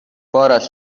بارش